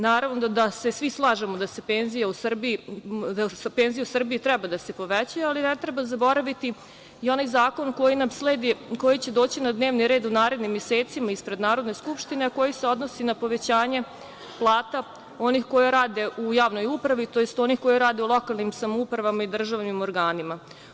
Naravno da se svi slažemo da penzije u Srbiji treba da se povećaju, ali ne treba zaboraviti i onaj zakon koji nam sledi, koji će doći na dnevni red u narednim mesecima ispred Narodne skupštine, a koji se odnosi na povećanje plata onih koji rade u javnoj upravi, tj. onih koji rade u lokalnim samoupravama i državnim organima.